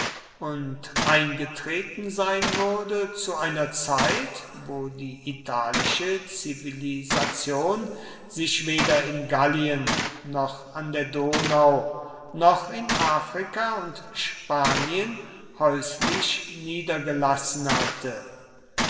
und eingetreten sein würde zu einer zeit wo die italische zivilisation sich weder in gallien noch an der donau noch in afrika und spanien häuslich niedergelassen hatte